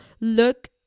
look